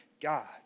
God